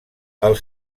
els